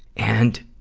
and,